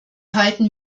halten